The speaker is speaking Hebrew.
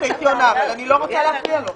הייתי עונה אבל אני לא רוצה להפריע לו.